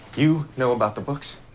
you know about the books?